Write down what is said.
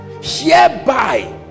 hereby